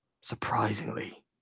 surprisingly